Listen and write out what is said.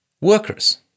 workers